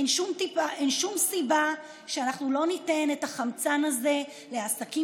אין שום סיבה שאנחנו לא ניתן את החמצן הזה לעסקים